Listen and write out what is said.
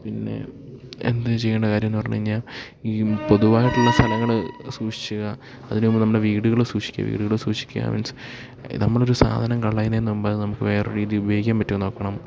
പിന്നെ എന്താണ് ചെയ്യേണ്ടത് കാര്യം എന്ന് പറഞ്ഞു കഴിഞ്ഞാൽ ഈ പൊതുവായിട്ടുള്ള സലങ്ങൾ സൂക്ഷിക്കുക അതിന് മുമ്പ് നമ്മുടെ വീടുകൾ സൂക്ഷിക്കുക വീടുകൾ സൂക്ഷിക്കുക മീൻസ് നമ്മൾ ഒരു സാധനം കളയുന്നതിന് മുമ്പ് അത് നമുക്ക് വേറെ ഒരു രീതിയിൽ ഉപയോഗിക്കാൻ പറ്റുമോ എന്ന് നോക്കണം